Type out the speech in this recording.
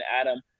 Adam